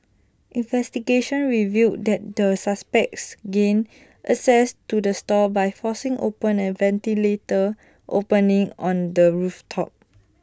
investigations revealed that the suspects gained access to the stall by forcing open A ventilator opening on the roof top